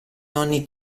nonni